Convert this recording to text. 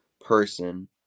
person